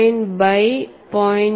89 by 0